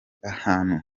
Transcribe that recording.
ahantu